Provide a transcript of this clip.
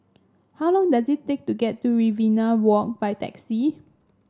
how long does it take to get to Riverina Walk by taxi